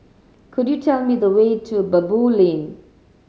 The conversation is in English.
could you tell me the way to Baboo Lane